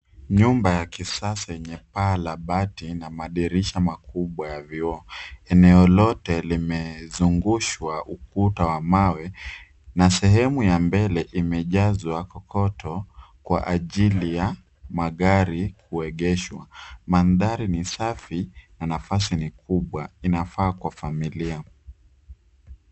Nyumba ya kisasa yenye paa la bati na madirisha makubwa ya vioo. Eneo lote limezungushwa ukuta wa mawe na sehemu ya mbele imejazwa kokoto kwa ajili ya magari kuegeshwa. Mandhari ni safi na nafasi ni kubwa. Inafaa kwa familia.